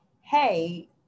hey